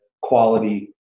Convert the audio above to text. quality